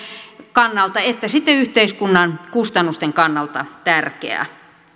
kannalta että sitten yhteiskunnan kustannusten kannalta tärkeää